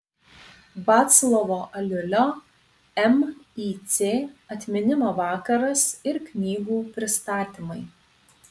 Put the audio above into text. vaclovo aliulio mic atminimo vakaras ir knygų pristatymai